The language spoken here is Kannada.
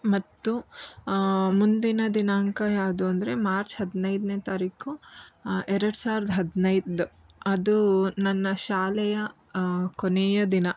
ಮತ್ತು ಮುಂದಿನ ದಿನಾಂಕ ಯಾವ್ದು ಅಂದರೆ ಮಾರ್ಚ್ ಹದಿನೈದನೇ ತಾರೀಖು ಎರಡು ಸಾವಿರದ ಹದಿನೈದು ಅದು ನನ್ನ ಶಾಲೆಯ ಕೊನೆಯ ದಿನ